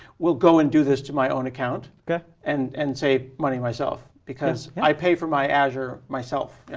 will go and do this to my own account yeah and and save money myself because i pay for my azure myself.